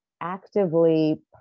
actively